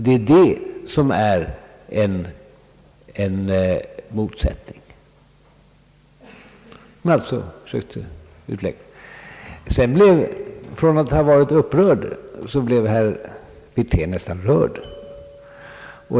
Det är detta som innebär en motsättning, som jag försökte utlägga. Från att ha varit upprörd blev herr Wirtén sedan nästan rörd.